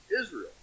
Israel